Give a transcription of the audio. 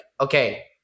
okay